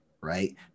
right